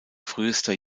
frühester